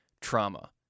trauma